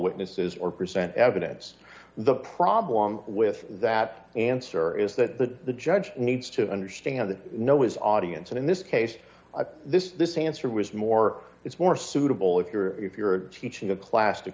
witnesses or present evidence the problem with that answer is that the the judge needs to understand that no is audience and in this case this answer was more it's more suitable if you're you're teaching a clas